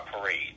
parade